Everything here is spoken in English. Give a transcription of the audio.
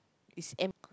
is